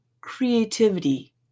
creativity